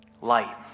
light